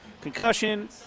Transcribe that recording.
concussion